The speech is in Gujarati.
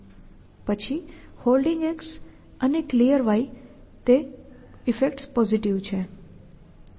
પછી Holding અને Clear તે ઈફેક્ટ્સ પોઝિટિવ છે